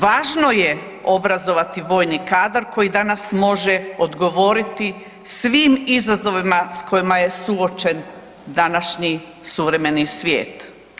Važno je obrazovati vojni kadar koji danas može odgovoriti svim izazovima s kojima je suočen današnji suvremeni svijet.